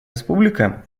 республика